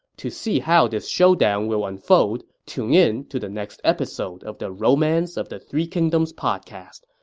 to see how this showdown will unfold, tune in to the next episode of the romance of the three kingdoms podcast.